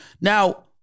Now